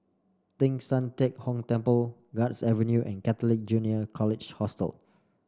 Teng San Tian Hock Temple Guards Avenue and Catholic Junior College Hostel